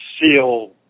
seal